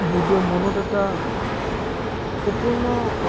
সেইবোৰে মনত এটা অপূৰ্ণ